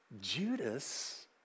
Judas